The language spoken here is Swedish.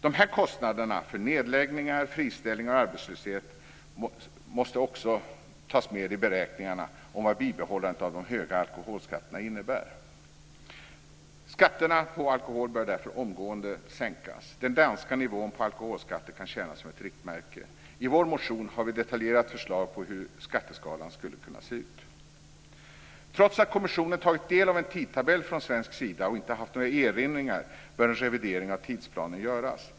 Dessa kostnader för nedläggningar, friställningar och arbetslöshet måste också tas med i beräkningarna av vad bibehållandet av de höga alkoholskatterna innebär. Skatterna på alkohol bör därför omgående sänkas. Den danska nivån på alkoholskatter kan tjäna som ett riktmärke. I vår motion har vi ett detaljerat förslag på hur skatteskalan skulle kunna se ut. Trots att kommissionen tagit del av en tidtabell från svensk sida och inte haft några erinringar bör en revidering av tidsplanen göras.